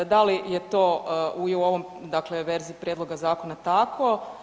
Da li je to i u ovom, dakle verziji prijedloga zakona tako?